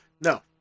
No